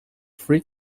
three